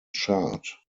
chart